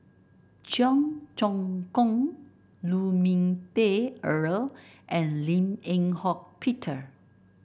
Cheong Choong Kong Lu Ming Teh Earl and Lim Eng Hock Peter